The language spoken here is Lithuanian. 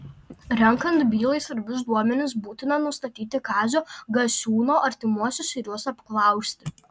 renkant bylai svarbius duomenis būtina nustatyti kazio gasiūno artimuosius ir juos apklausti